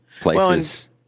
places